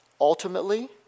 Ultimately